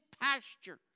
pasture